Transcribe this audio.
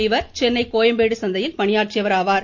இவர் சென்னை கோயம்பேடு சந்தையில் பணியாற்றியர் ஆவார்